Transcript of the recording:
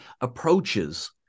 approaches